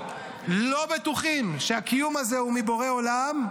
לא בטוחים שהקיום הזה הוא מבורא עולם,